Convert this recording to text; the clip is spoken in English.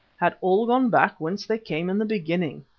had all gone back whence they came in the beginning,